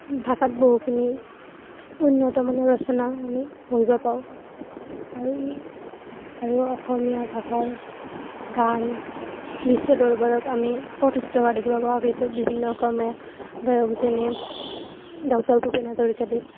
ভাষাত বহুখিনি উন্নত মানৰ ৰচনা আমি পঢ়িবলৈ পাওঁ আৰু ই আৰু অসমীয়া ভাষাৰ গান বিশ্ব দৰবাৰত আমি প্ৰতিষ্ঠা হোৱা দেখিব পৰা গৈছোঁ বিভিন্ন অসমীয়া গায়ক যেনে ডঃ ভূপেন হাজৰিকাদেৱ